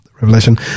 Revelation